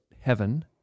heaven